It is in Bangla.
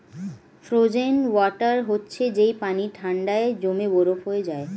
ফ্রোজেন ওয়াটার হচ্ছে যেই পানি ঠান্ডায় জমে বরফ হয়ে যায়